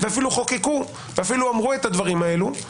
חוקקו ואמרו את הדברים האלה.